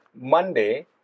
Monday